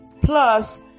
Plus